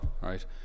right